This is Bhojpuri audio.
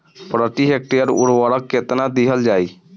प्रति हेक्टेयर उर्वरक केतना दिहल जाई?